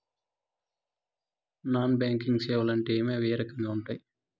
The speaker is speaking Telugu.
నాన్ బ్యాంకింగ్ సేవలు అంటే ఏమి అవి ఏ రకంగా ఉండాయి